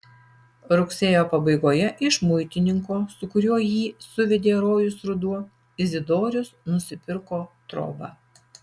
rugsėjo pabaigoje iš muitininko su kuriuo jį suvedė rojus ruduo izidorius nusipirko trobą